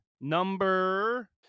number